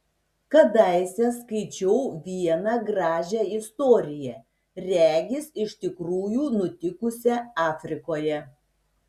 kadaise skaičiau vieną gražią istoriją regis iš tikrųjų nutikusią afrikoje